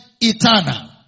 eternal